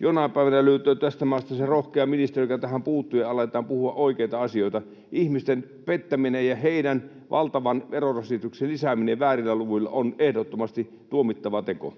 jonain päivänä löytyy tästä maasta se rohkea ministeri, joka tähän puuttuu, ja aletaan puhua oikeita asioita. Ihmisten pettäminen ja heidän valtavan verorasituksensa lisääminen väärillä luvuilla on ehdottomasti tuomittava teko.